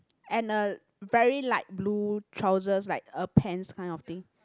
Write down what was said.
and a very light blue trousers like a pants kind of thing